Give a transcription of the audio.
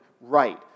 right